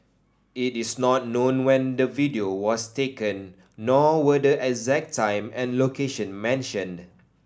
it is not known when the video was taken nor were the exact time and location mentioned